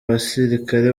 basirikare